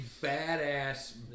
badass